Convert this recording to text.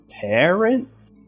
parents